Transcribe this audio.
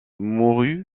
mourut